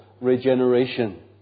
regeneration